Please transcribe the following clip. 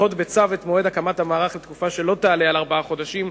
לדחות בצו את מועד הקמת המערך לתקופה שלא תעלה על ארבעה חודשים,